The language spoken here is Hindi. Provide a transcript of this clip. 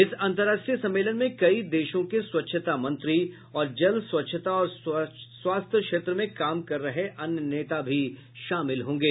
इस अंतर्राष्ट्रीय सम्मेलन में कई देशों के स्वच्छता मंत्री और जल स्वच्छता और स्वास्थ्य क्षेत्र में काम कर रहे अन्य नेता भी शामिल होंगे